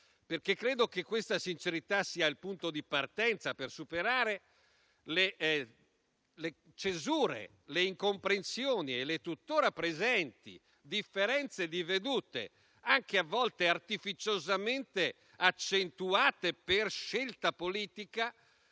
Credo che questa sincerità sia il punto di partenza per superare le cesure, le incomprensioni e le differenze di vedute tuttora presenti, anche a volte artificiosamente accentuate per scelta politica,